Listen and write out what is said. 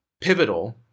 pivotal